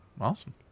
awesome